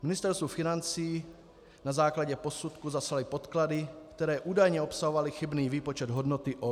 Ministerstvu financí na základě posudku zaslali podklady, které údajně obsahovaly chybný výpočet hodnoty OKD.